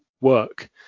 work